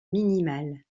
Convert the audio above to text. minimale